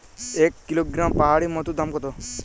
এক কিলোগ্রাম পাহাড়ী মধুর দাম কত?